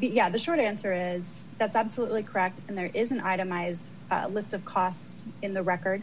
yeah the short answer is that's absolutely correct and there is an itemized list of costs in the record